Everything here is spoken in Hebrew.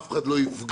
אף אחד לא יפגע,